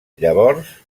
llavors